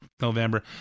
November